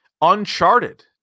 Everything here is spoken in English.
Uncharted